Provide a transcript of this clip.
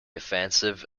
offensive